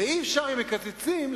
ואם מקצצים,